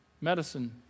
medicine